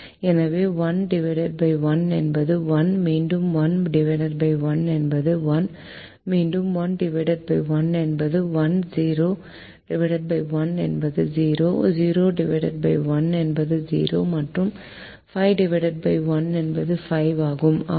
எனவே 1 ÷ 1 என்பது 1 மீண்டும் 1 ÷ 1 என்பது 1 மீண்டும் 1 ÷ 1 என்பது 1 0 ÷ 1 என்பது 0 0 ÷ 1 என்பது 0 மற்றும் 5 ÷ 1 என்பது 5 ஆகும்